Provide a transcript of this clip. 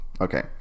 Okay